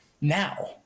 now